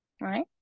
Right